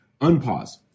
Unpause